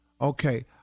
Okay